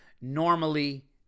Normally